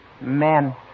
Men